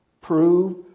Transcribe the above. prove